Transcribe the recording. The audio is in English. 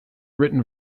written